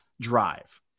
drive